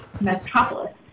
metropolis